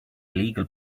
illegal